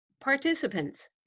participants